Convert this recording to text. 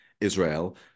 Israel